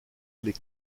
les